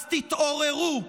אז תתעוררו.